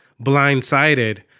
blindsided